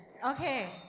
Okay